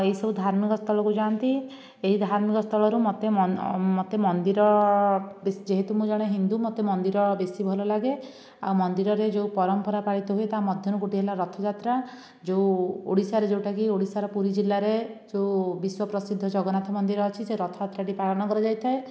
ଏହି ସବୁ ଧାର୍ମିକ ସ୍ଥଳକୁ ଯାଆନ୍ତି ଏହି ଧାର୍ମିକ ସ୍ଥଳରୁ ମୋତେ ମୋତେ ମନ୍ଦିର ଯେହେତୁ ମୁଁ ଜଣେ ହିନ୍ଦୁ ମୋତେ ମନ୍ଦିର ବେଶି ଭଲଲାଗେ ଆଉ ମନ୍ଦିରରେ ଯେଉଁ ପରମ୍ପରା ପାଳିତ ହୁଏ ତା' ମଧ୍ୟରୁ ଗୋଟିଏ ହେଲା ରଥଯାତ୍ରା ଯେଉଁ ଓଡ଼ିଶାରେ ଯେଉଁଟାକି ପୁରୀ ଜିଲ୍ଲାରେ ଯେଉଁ ବିଶ୍ୱ ପ୍ରସିଦ୍ଧ ଜଗନ୍ନାଥ ମନ୍ଦିର ଅଛି ସେ ରଥଯାତ୍ରାଟି ପାଳନ କରାଯାଇଥାଏ